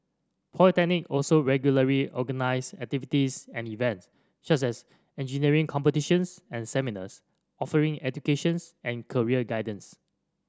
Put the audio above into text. polytechnic also regularly organise activities and events such as engineering competitions and seminars offering educations and career guidance